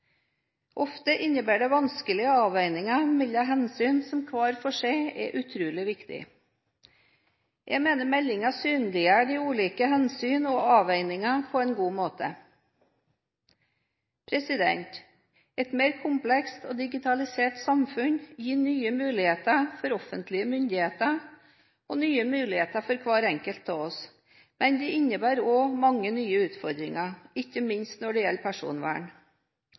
Ofte innebærer det vanskelige avveininger mellom hensyn som hver for seg er utrolig viktige. Jeg mener meldingen synliggjør de ulike hensyn og avveininger på en god måte. Et mer komplekst og digitalisert samfunn gir nye muligheter for offentlige myndigheter og nye muligheter for hver enkelt av oss, men det innebærer også mange nye utfordringer, ikke minst når det gjelder personvern.